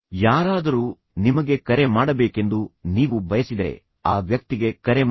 ಯಾರಾದರೂ ನಿಮಗೆ ಕರೆ ಮಾಡಬೇಕೆಂದು ನೀವು ಬಯಸಿದರೆ ಆ ವ್ಯಕ್ತಿಗೆ ಕರೆ ಮಾಡಿ